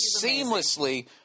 seamlessly